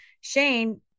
Shane